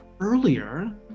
earlier